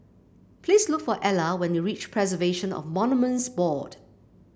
please look for Ela when you reach Preservation of Monuments Board